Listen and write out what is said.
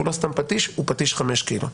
והוא לא סתם פטיש הוא פטיש חמש קילו.